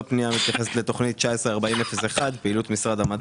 הפנייה מתייחסת לתוכנית 194001: פעילות משרד המדע,